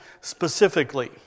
specifically